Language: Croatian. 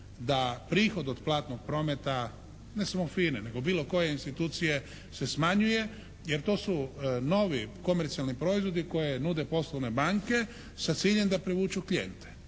da prihod od platnog prometa ne samo FINA-e nego bilo koje institucije se smanjuje jer to su novi komercijalni proizvodi koje nude poslovne banke sa ciljem da privuku klijente.